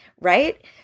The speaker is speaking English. right